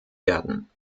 werden